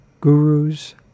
gurus